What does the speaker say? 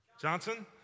Johnson